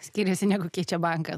skiriasi negu keičia banką